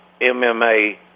MMA